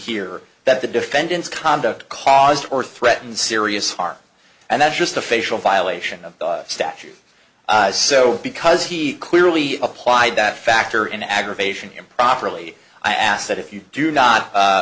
here that the defendant's conduct caused or threatened serious harm and that's just a facial violation of the statute so because he clearly applied that factor in aggravation improperly i asked that if you do not